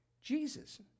Jesus